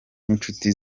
n’inshuti